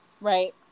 right